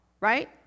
right